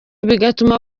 bigatuma